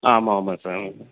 ஆமாம் ஆமாம் சார்